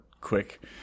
quick